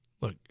look